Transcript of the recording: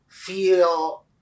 feel